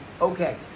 okay